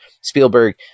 Spielberg